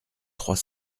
trois